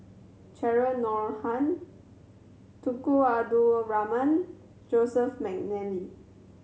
Cheryl Noronha Tunku Abdul Rahman Joseph McNally